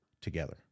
together